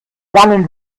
langen